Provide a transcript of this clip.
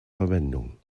verwendung